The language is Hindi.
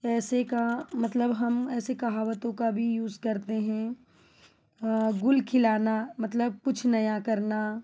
ऐसे का मतलब हम ऐसे कहावतों का भी यूज़ करते हैं गुल खिलाना मतलब कुछ नया करना